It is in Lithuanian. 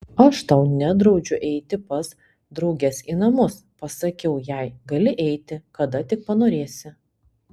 aš tau nedraudžiu eiti pas drauges į namus pasakiau jai gali eiti kada tik panorėsi